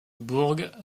bourg